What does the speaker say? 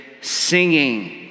singing